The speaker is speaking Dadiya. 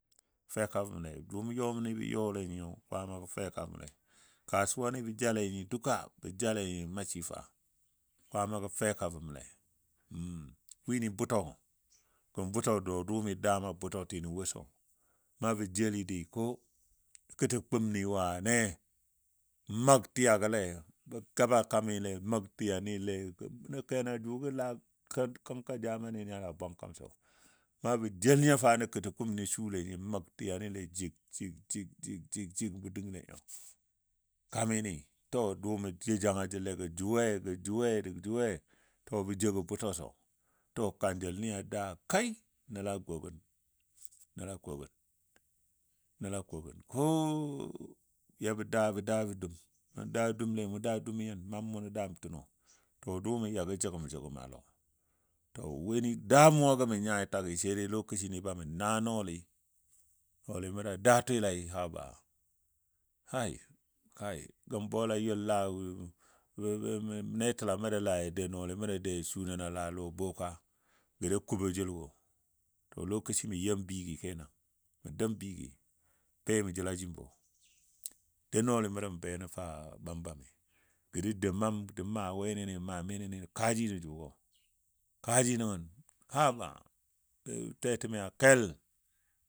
Feka bəmle don yɔni bə yɔle nyi kwaamagɔ feka bəmle kasuwani bə jale nyi duka masifa kwaamago feka bəmle wini butɔ gən butɔ lɔ dʊʊmi dama butɔnɨtɨ wo sɔ na bə jeli dii ko kətɔ kumni wane məg tiyagole bɔ gaba kamile məg tiyanile bəngɔ kena jʊgɔ kənkɔ jamani ni la bwankam sɔ na bɔ jel nyo fa nən katɔ kum sule nyi məg tiyanile jig jig jig jig bə dəngle kami ni to dʊʊmɔ jou janga jəle gɔ juwe juwe juwe to gə jou gɔ butɔ sɔ. To kanjəlni a daa kai nəlla a kogən nəlla kogən nəlla kogən koo yabɔ daa bɔ daabɔ dum mou da dumle mou daa dum nyin maam munɔ daamtino. To dʊʊmɔ yagɔ jiggəm jiggəm a lɔ. To wani damuwago mə tagi sai dai lokaci ni ba mə naa nɔɔli, nɔɔli məndi a daa twilai habba kai kai gən bola yʊl laa nətəlam məndi laa da duu nɔɔli məndi dou ya su nən a lɔ boka gədə kubo jəlwo to lo lokaci mən yeom bigɨ kenan mə dɔum bigɨ mə jəla jimbɔ dou nɔɔli məndi mə benən fou bambam gɔ də dou maam də maa wenene maa menene mə kaaji nən jʊgɔ. Kaaji nəngən haba bə tetemi a kel.